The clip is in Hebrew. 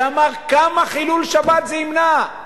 שאמר כמה חילול שבת זה ימנע.